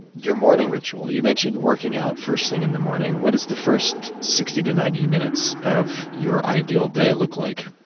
your morning ritual. you mentioned working out first thing in the morning. what does the first sixty to ninety minutes of your ideal day look like?